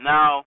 Now